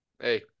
Hey